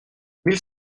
mille